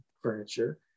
furniture